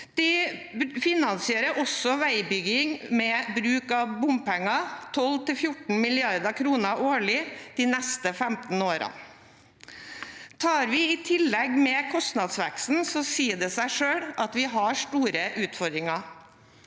De finansierte også veibygging med bruk av bompenger – 12–14 mrd. kr årlig de neste 15 årene. Tar vi i tillegg med kostnadsveksten, sier det seg selv at vi har store utfordringer.